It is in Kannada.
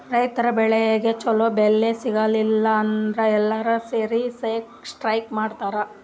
ರೈತರ್ ಬೆಳಿಗ್ ಛಲೋ ಬೆಲೆ ಸಿಗಲಿಲ್ಲ ಅಂದ್ರ ಎಲ್ಲಾರ್ ಸೇರಿ ಸ್ಟ್ರೈಕ್ ಮಾಡ್ತರ್